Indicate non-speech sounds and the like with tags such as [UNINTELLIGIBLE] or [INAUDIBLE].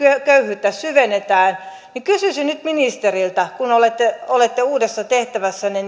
köyhyyttä syvennetään niin kysyisin nyt ministeriltä kun olette olette uudessa tehtävässänne [UNINTELLIGIBLE]